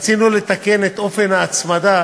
רצינו לתקן את אופן ההצמדה,